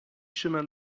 chemin